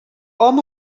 hom